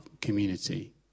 community